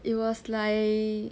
it was like